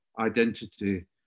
identity